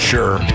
Sure